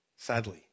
Sadly